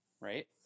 right